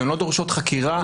שהן לא דורשות חקירה מעבר.